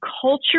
culture